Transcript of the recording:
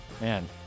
Man